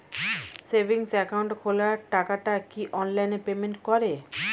Savings account খোলা টাকাটা কি অনলাইনে পেমেন্ট করে?